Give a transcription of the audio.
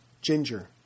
Ginger